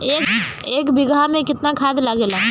एक बिगहा में केतना खाद लागेला?